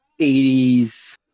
80s